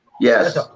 Yes